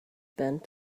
bent